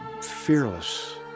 fearless